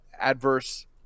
adverse